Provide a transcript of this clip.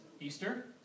Easter